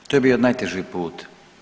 To je bio najteži put.